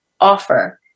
offer